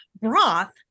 broth